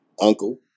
uncle